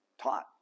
taught